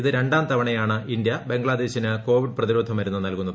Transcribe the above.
ഇത് രണ്ടാം തവണയാണ് ഇന്ത്യ ബംഗ്ലാദേശിന് കോവിഡ് പ്രതിരോധ മരുന്നു നൽകുന്നത്